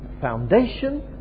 foundation